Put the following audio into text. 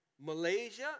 Malaysia